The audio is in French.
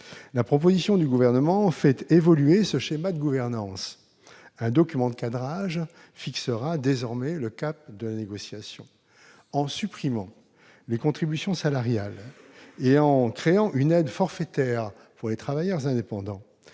La proposition du Gouvernement fait évoluer ce schéma de gouvernance : un document de cadrage fixera désormais le cap de la négociation. En supprimant les contributions salariales et en créant une aide forfaitaire pour les travailleurs indépendants,